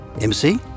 MC